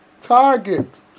target